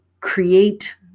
create